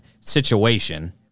situation